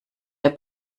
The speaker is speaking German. der